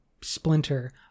splinter